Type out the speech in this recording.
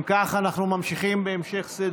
אם כך, אנחנו ממשיכים בסדר-היום,